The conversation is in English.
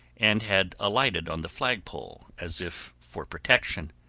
and had alighted on the flagpole as if for protection.